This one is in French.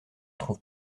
trouve